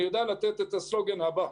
אני יודע לתת את הסלוגן הבא: